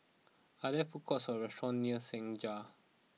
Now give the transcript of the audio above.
are there food courts or restaurants near Senja